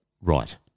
Right